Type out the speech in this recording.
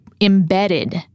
embedded